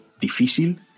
difícil